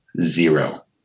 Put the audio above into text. zero